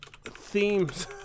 themes